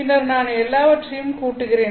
பின்னர் நான் எல்லாவற்றையும் கூட்டுகிறேன்